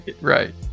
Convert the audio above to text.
right